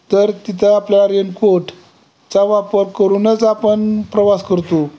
तर तिथं आपला रेनकोटचा वापर करूनच आपण प्रवास करतो